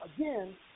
again